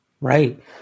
right